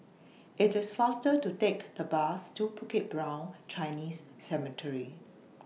IT IS faster to Take The Bus to Bukit Brown Chinese Cemetery